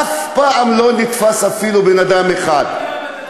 אף פעם לא נתפס אפילו בן-אדם אחד,